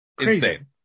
Insane